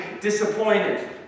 disappointed